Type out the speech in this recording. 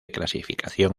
clasificación